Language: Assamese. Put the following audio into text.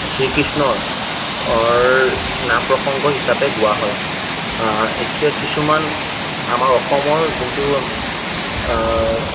শ্ৰীকৃষ্ণৰ অৰ নাম প্ৰসংগ হিচাপে গোৱা হয় এতিয়া কিছুমান আমাৰ অসমৰ যোনটো